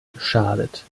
geschadet